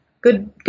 good